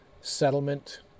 settlement